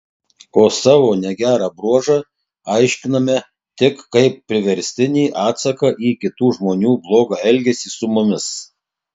o savo negerą bruožą aiškiname tik kaip priverstinį atsaką į kitų žmonių blogą elgesį su mumis